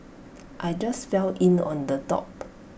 I just fell in on the top